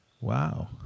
Wow